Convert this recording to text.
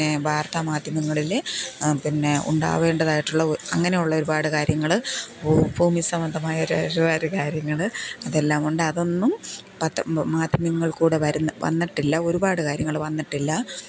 പിന്നെ വാർത്താ മാധ്യമങ്ങളിലെ പിന്നെ ഉണ്ടാവേണ്ടതായിട്ടുള്ള അങ്ങനെയുള്ള ഒരുപാട് കാര്യങ്ങൾ ഭൂമി സംബദ്ധമായ ഒരു ഒരുപാട് കാര്യങ്ങൾ അതെല്ലാമുണ്ട് അതൊന്നും പത്ര മാധ്യമങ്ങളിൽ കൂടെ വന്നിട്ടില്ല ഒരുപാട് കാര്യങ്ങൾ വന്നിട്ടില്ല